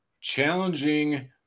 challenging